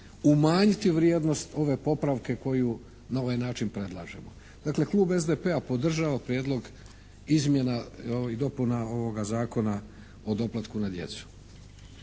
umanjiti vrijednost ove popravke koju na ovaj način predlažemo. Dakle Klub SDP-a podržava prijedlog izmjena, ovih dopuna ovoga Zakona o doplatku na djecu.